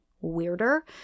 weirder